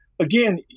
again